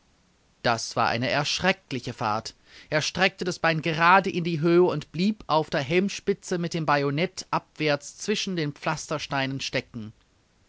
das war eine erschreckliche fahrt er streckte das bein gerade in die höhe und blieb auf der helmspitze mit dem bajonnet abwärts zwischen den pflastersteinen stecken